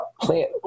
plant